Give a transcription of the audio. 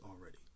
already